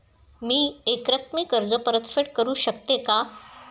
मी एकरकमी कर्ज परतफेड करू शकते का?